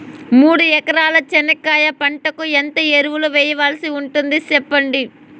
మూడు ఎకరాల చెనక్కాయ పంటకు ఎంత ఎరువులు వేయాల్సి ఉంటుంది సెప్పండి?